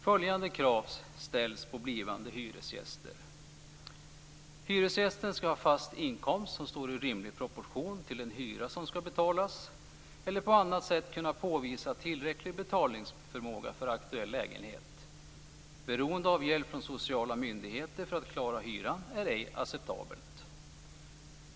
Följande krav ställs på blivande hyresgäster: "Hyresgästen skall ha fast inkomst som står i rimlig proportion till den hyra som skall betalas, eller på annat sätt kunna påvisa tillräcklig betalningsförmåga för aktuell lägenhet. Beroende av hjälp från sociala myndigheter för att klara hyran är ej acceptabelt.